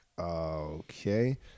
okay